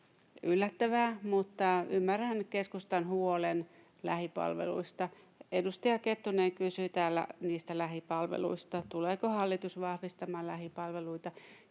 yllättävää, mutta ymmärrän keskustan huolen lähipalveluista. Edustaja Kettunen kysyi täällä niistä lähipalveluista, että tuleeko hallitus vahvistamaan lähipalveluita.